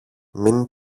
μην